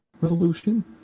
Revolution